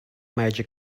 major